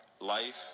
life